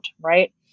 Right